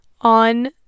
on